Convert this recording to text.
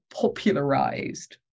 popularized